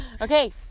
okay